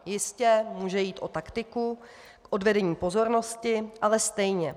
Jistě může jít o taktiku k odvedení pozornosti, ale stejně.